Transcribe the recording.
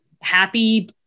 happy